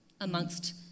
amongst